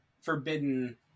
forbidden